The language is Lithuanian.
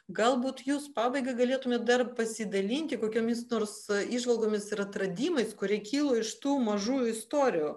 galbūt jūs pabaigai galėtumėm dar pasidalinti kokiomis nors įžvalgomis ir atradimais kurie kilo iš tų mažųjų istorijų